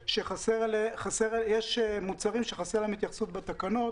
יש מוצרים שחסר אליהם התייחסות בתקנות.